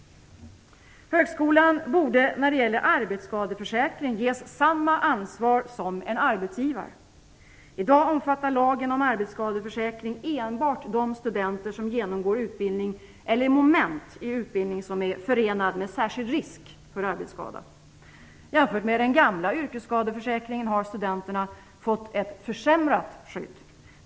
Högskolan borde när det gäller arbetsskadeförsäkring ges samma ansvar som en arbetsgivare. I dag omfattar lagen om arbetsskadeförsäkring enbart de studenter som genomgår utbildning eller moment i utbildning som är "förenad med särskild risk för arbetsskada". Jämfört med den gamla yrkesskadeförsäkringen har studenterna fått ett försämrat skydd.